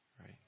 right